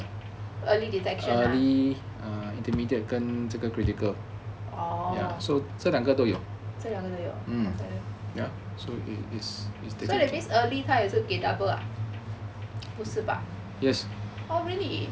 early detection ah 这两个都有 so that means early 他也是给 double ah 不是吧 oh really